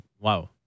wow